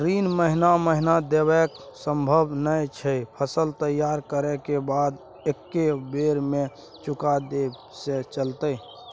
ऋण महीने महीने देनाय सम्भव नय छै, फसल तैयार करै के बाद एक्कै बेर में चुका देब से चलते?